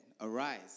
Arise